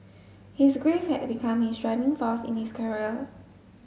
his grief had become his driving force in his career